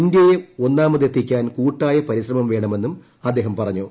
ഇന്ത്യയെ ഒന്നാമത് എത്തിക്കാൻ കൂട്ടായ പരിശ്രമം വേണമെന്നും അദ്ദേഹം പറഞ്ഞു